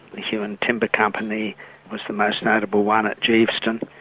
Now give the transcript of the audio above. the huon timber company was the most notable one, at geeveston.